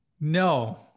No